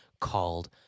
called